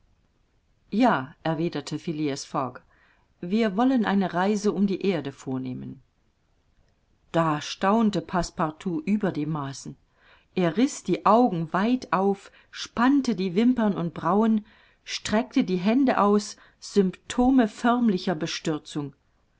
ja erwiderte phileas fogg wir wollen eine reise um die erde vornehmen da staunte passepartout über die maßen er riß die augen weit auf spannte die wimpern und brauen streckte die hände aus symptome förmlicher bestürzung